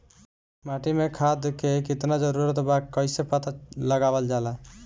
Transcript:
माटी मे खाद के कितना जरूरत बा कइसे पता लगावल जाला?